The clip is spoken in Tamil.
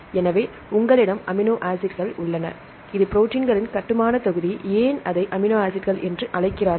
எனவே உங்களிடம் அமினோ ஆசிட்கள் உள்ளன இது ப்ரோடீன்களின் கட்டுமானத் தொகுதி ஏன் அதை அமினோ ஆசிட்கள் என்று அழைக்கிறார்கள்